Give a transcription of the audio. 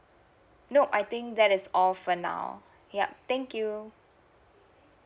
no I think that's all for now yup thank you